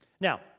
Now